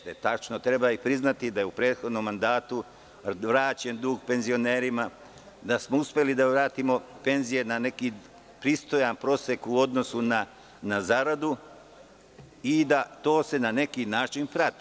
Tačno je, treba priznati da je u prethodnom mandatu vraćen dug penzionerima, da smo uspeli da vratimo penzije na neki pristojan prosek u odnosu na zaradu i da se to na neki način prati.